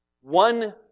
one